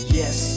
yes